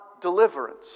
deliverance